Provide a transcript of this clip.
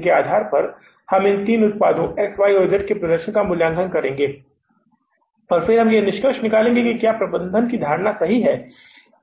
इसके आधार पर हमें इन तीन उत्पादों X Y और Z के प्रदर्शन का मूल्यांकन करना होगा और फिर हमें यह निष्कर्ष निकालना होगा कि क्या प्रबंधन की धारणा सही है